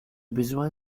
besoin